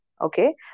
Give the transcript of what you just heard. okay